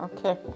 Okay